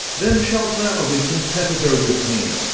then shalt thou be competitor with me,